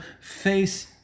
face